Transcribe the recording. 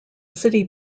city